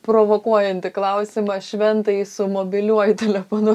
provokuojantį klausimą šventąjį su mobiliuoju telefonu